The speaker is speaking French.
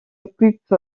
occupe